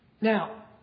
Now